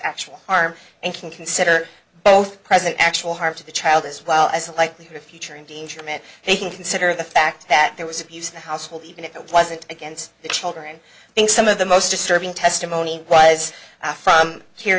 actual harm and can consider both present actual harm to the child as well as the likelihood of future in danger man they can consider the fact that there was abuse in the household even if it wasn't against the children in some of the most disturbing testimony was a from here